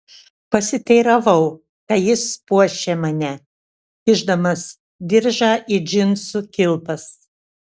pasiteiravau kai jis puošė mane kišdamas diržą į džinsų kilpas